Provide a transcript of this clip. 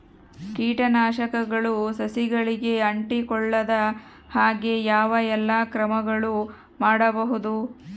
ಕೇಟನಾಶಕಗಳು ಸಸಿಗಳಿಗೆ ಅಂಟಿಕೊಳ್ಳದ ಹಾಗೆ ಯಾವ ಎಲ್ಲಾ ಕ್ರಮಗಳು ಮಾಡಬಹುದು?